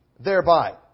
thereby